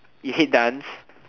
you hate dance